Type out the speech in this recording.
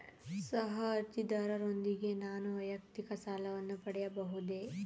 ಸಹ ಅರ್ಜಿದಾರರೊಂದಿಗೆ ನಾನು ವೈಯಕ್ತಿಕ ಸಾಲವನ್ನು ಪಡೆಯಬಹುದೇ?